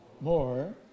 more